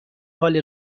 حال